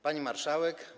Pani Marszałek!